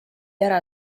ära